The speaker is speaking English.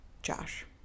Josh